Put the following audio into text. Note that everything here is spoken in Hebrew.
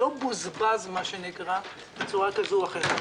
לא בוזבז בצורה כזו או אחרת.